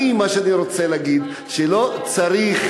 מה שאני רוצה להגיד, שלא צריך